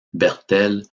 bertel